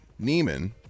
Neiman